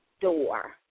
door